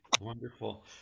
Wonderful